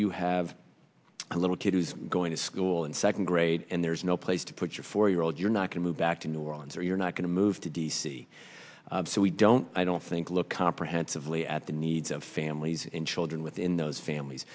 you have a little kid who's going to school in second grade and there's no place to put your four year old you're not going move back to new orleans or you're not going to move to d c so we don't i don't think look comprehensively at the needs of families in children within those families